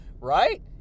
right